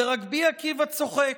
ורבי עקיבא צוחק.